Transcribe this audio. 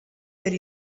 per